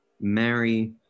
Mary